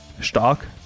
stark